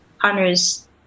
partners